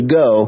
go